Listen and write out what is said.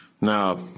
Now